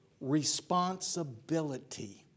responsibility